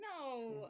No